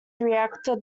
reactor